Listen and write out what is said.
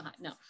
No